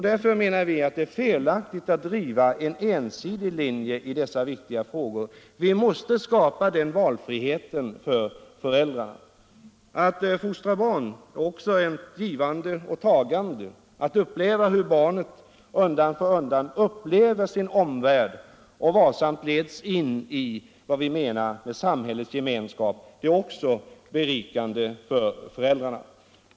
Därför är det felaktigt, menar vi, att driva en ensidig linje i dessa viktiga frågor. Vi måste skapa valfrihet för föräldrarna. Att fostra barn är också ett givande och tagande. Och att uppleva hur barnet undan för undan upptäcker sin omvärld och varsamt leds in i vad vi menar med samhällets gemenskap är också berikande för föräldrarna.